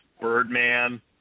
Birdman